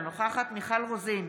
אינה נוכחת מיכל רוזין,